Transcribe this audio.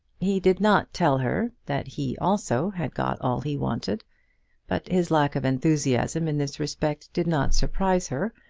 he did not tell her that he also had got all he wanted but his lack of enthusiasm in this respect did not surprise her,